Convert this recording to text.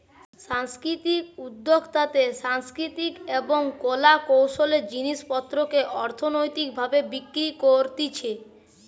সাংস্কৃতিক উদ্যোক্তাতে সাংস্কৃতিক এবং কলা কৌশলের জিনিস পত্রকে অর্থনৈতিক ভাবে বিক্রি করতিছে